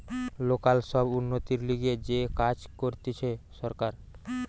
local সব উন্নতির লিগে যে কাজ করতিছে সরকার